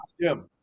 Jim